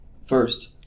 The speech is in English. First